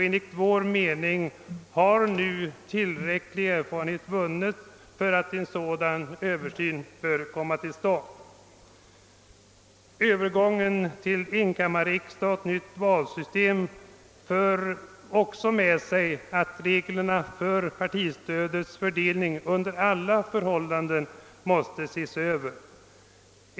Enligt vår mening har nu tillräckliga erfarenheter vunnits för att en sådan översyn bör komma till stånd. Övergången till enkammarriksdag och nytt valsystem för också med sig att reglerna för partistödets fördelning under alla förhållanden måste ses över.